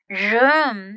room